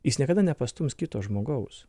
jis niekada nepastums kito žmogaus